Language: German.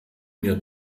mir